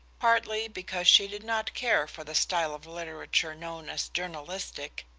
partly because she did not care for the style of literature known as journalistic,